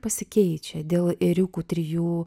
pasikeičia dėl ėriukų trijų